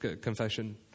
Confession